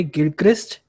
Gilchrist